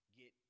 get